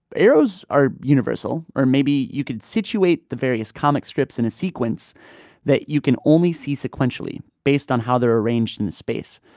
arrows are universal. or maybe you could situate the various comic strips in a sequence that you can only see sequentially based on how they're arranged in the space.